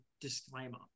disclaimer